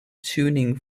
tuning